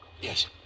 yes